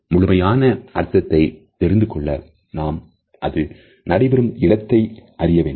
முழுமையான அர்த்தத்தை தெரிந்து கொள்ள நாம் அது நடைபெறும் இடத்தையும் அறிய வேண்டும்